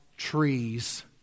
Trees